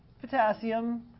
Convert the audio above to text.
potassium